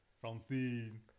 Francine